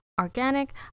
organic